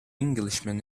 englishman